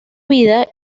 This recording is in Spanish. vida